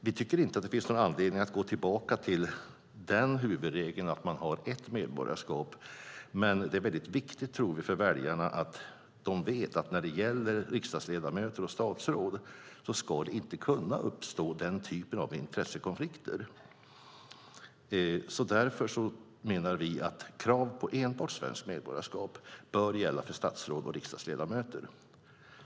Vi tycker inte att det finns någon anledning att gå tillbaka till huvudregeln att man har enbart ett medborgarskap, men vi tror att det är väldigt viktigt för väljarna att de vet att när det gäller riksdagsledamöter och statsråd ska inte den typen av intressekonflikter kunna uppstå. Därför menar vi att krav på enbart svenskt medborgarskap bör gälla för statsråd och riksdagsledamöter.